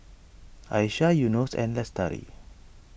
Aisyah Yunos and Lestari